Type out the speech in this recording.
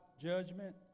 judgment